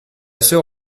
soeur